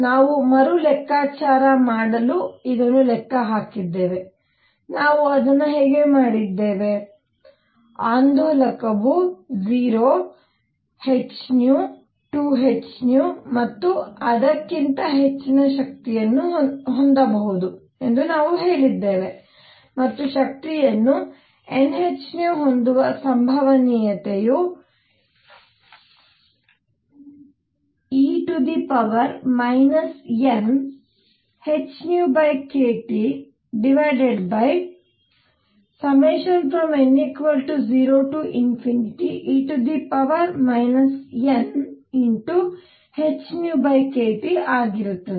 ನಾವು ಮರು ಲೆಕ್ಕಾಚಾರ ಮಾಡಲು ಇದನ್ನು ಲೆಕ್ಕ ಹಾಕಿದ್ದೇವೆ ನಾವು ಅದನ್ನು ಹೇಗೆ ಮಾಡಿದ್ದೇವೆ ಆಂದೋಲಕವು 0 h 2 h ಮತ್ತು ಅದಕ್ಕಿಂತ ಹೆಚ್ಚಿನ ಶಕ್ತಿಯನ್ನು ಹೊಂದಬಹುದು ಎಂದು ನಾವು ಹೇಳಿದ್ದೇವೆ ಮತ್ತು ಶಕ್ತಿಯನ್ನು n h ಹೊಂದುವ ಸಂಭವನೀಯತೆಯು e nhνkTn0e nhνkT ಆಗಿರುತ್ತದೆ